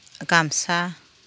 गामसा